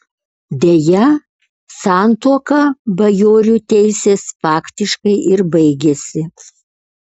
deja santuoka bajorių teisės faktiškai ir baigėsi